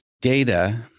Data